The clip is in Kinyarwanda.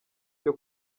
cyo